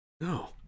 No